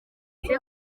icyo